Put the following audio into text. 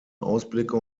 ausblicke